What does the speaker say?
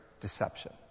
deception